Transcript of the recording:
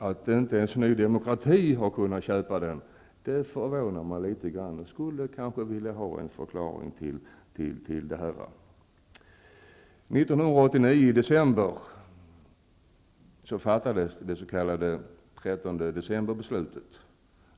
Att inte ens Ny demokrati har kunnat köpa innehållet i den förvånar mig litet grand. Jag skulle gärna vilja ha en förklaring till det. I december 1989 fattades det s.k. 13 decemberbeslutet.